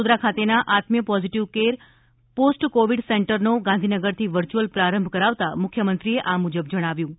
વડોદરા ખાતેના Atmiya positive care post covid સેન્ટરનો ગાંધીનગરથી વર્ચ્યુઅલ પ્રારંભ કરાવતાં મુખ્યમંત્રીએ આ મુજબ જણાવ્યું હતું